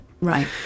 Right